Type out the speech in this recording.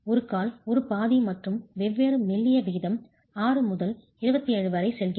ஒரு கால் ஒரு பாதி மற்றும் வெவ்வேறு மெல்லிய விகிதம் 6 முதல் 27 வரை செல்கிறது